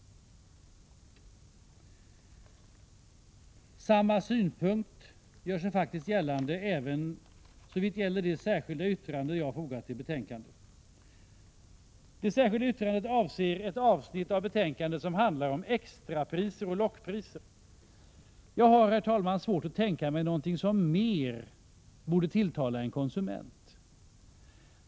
Samma synpunkt gör sig gällande även i det särskilda yttrande som jag har fogat till betänkandet. Det särskilda yttrandet avser ett avsnitt i betänkandet som handlar om extrapriser och lockpriser. Jag har, herr talman, svårt att tänka mig någonting som mer borde tilltala en konsument.